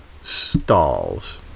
stalls